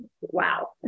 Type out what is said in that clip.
Wow